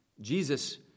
Jesus